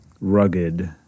rugged